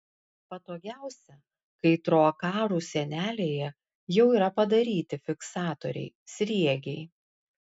patogiausia kai troakarų sienelėje jau yra padaryti fiksatoriai sriegiai